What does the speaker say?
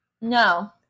No